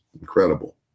incredible